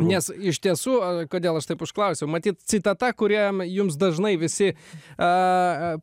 nes iš tiesų kodėl aš taip užklausiau matyt citata kurią jums dažnai visi a